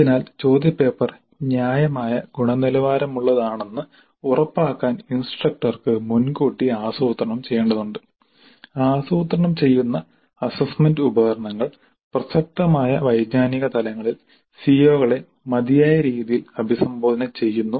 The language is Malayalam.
അതിനാൽ ചോദ്യപേപ്പർ ന്യായമായ ഗുണനിലവാരമുള്ളതാണെന്ന് ഉറപ്പാക്കാൻ ഇൻസ്ട്രക്ടർക്ക് മുൻകൂട്ടി ആസൂത്രണം ചെയ്യേണ്ടതുണ്ട് ആസൂത്രണം ചെയ്യുന്ന അസ്സസ്സ്മെന്റ് ഉപകരണങ്ങൾ പ്രസക്തമായ വൈജ്ഞാനിക തലങ്ങളിൽ സിഒകളെ മതിയായ രീതിയിൽ അഭിസംബോധന ചെയ്യുന്നു